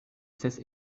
ses